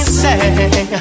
say